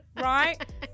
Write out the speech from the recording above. right